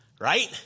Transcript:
right